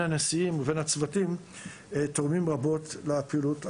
הנשיאים ובין הצוותים תורמים רבות לפעילות המשותפת.